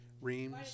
Reams